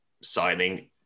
signing